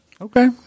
okay